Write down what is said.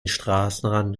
straßenrand